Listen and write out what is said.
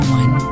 one